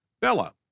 Bella